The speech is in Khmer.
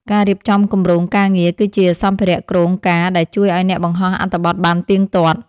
ការរៀបចំគម្រោងការងារ គឺជាសម្ភារៈគ្រោងការដែលជួយឱ្យអ្នកបង្ហោះអត្ថបទបានទៀងទាត់។